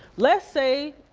let's say,